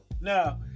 Now